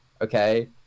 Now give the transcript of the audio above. okay